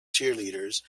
cheerleaders